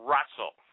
Russell